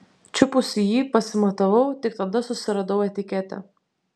čiupusi jį pasimatavau tik tada susiradau etiketę